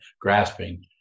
grasping